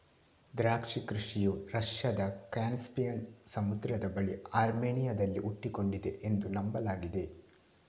ದ್ರಾಕ್ಷಿ ಕೃಷಿಯು ರಷ್ಯಾದ ಕ್ಯಾಸ್ಪಿಯನ್ ಸಮುದ್ರದ ಬಳಿ ಅರ್ಮೇನಿಯಾದಲ್ಲಿ ಹುಟ್ಟಿಕೊಂಡಿದೆ ಎಂದು ನಂಬಲಾಗಿದೆ